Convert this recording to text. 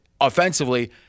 offensively